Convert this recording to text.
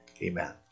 Amen